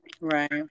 Right